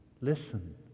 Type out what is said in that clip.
listen